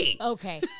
Okay